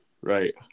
Right